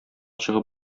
чыгып